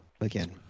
again